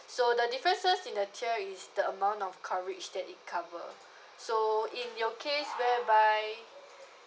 so the differences in the tier is the amount of coverage that it cover so in your case whereby